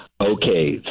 Okay